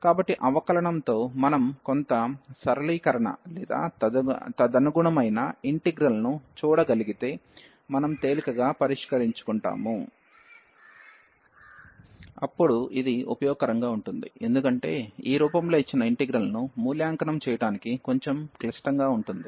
కాబట్టి అవకలనంతో మనం కొంత సరళీకరణ లేదా తదనుగుణమైన ఇంటిగ్రల్ ను చూడగలిగితే మనం తేలికగా పరిష్కరించుకుంటాము అప్పుడు ఇది ఉపయోగకరంగా ఉంటుంది ఎందుకంటే ఈ రూపంలో ఇచ్చిన ఇంటిగ్రల్ ను మూల్యాంకనం చేయటానికి కొంచెం క్లిష్టంగా ఉంటుంది